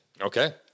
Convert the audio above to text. Okay